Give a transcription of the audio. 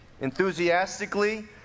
enthusiastically